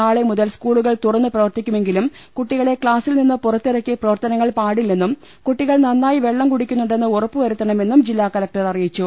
നാളെ മുതൽ സ്കൂളുകൾ തുറന്നു പ്രവർത്തിക്കുമെങ്കിലും കൂട്ടികളെ ക്ലാസിൽ നിന്ന് പുറത്തിറക്കി പ്രവർത്തനങ്ങൾ പാടില്ലെന്നും കൂട്ടികൾ നന്നായി വെള്ളം കൂടിക്കൂ ന്നുണ്ടെന്ന് ഉറപ്പു വരുത്തണമെന്നും ജില്ലാ കലക്ടർ അറിയിച്ചു